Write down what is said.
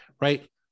right